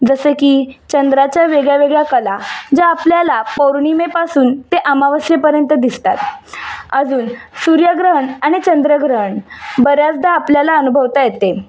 जसं की चंद्राच्या वेगळ्यावेगळ्या कला ज्या आपल्याला पौर्णिमेपासून ते आमावसेपर्यंत दिसतात अजून सूर्यग्रहण आणि चंद्रग्रहण बऱ्याचदा आपल्याला अनुभवता येते